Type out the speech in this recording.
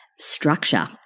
structure